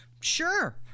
sure